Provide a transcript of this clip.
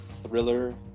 thriller